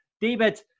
David